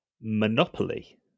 Monopoly